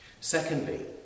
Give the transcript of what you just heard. Secondly